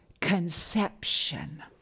conception